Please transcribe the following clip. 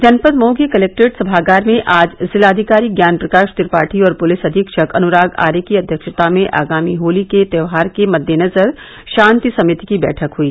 जनपद मऊ के कलेक्ट्रेट सभागार में आज जिलाधिकारी ज्ञान प्रकाश त्रिपाठी और पुलिस अधीक्षक अनुराग आर्य की अध्यक्षता में आगामी होली के त्यौहार के मद्देनजर शांति समिति की बैठक हुई